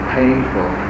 painful